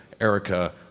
Erica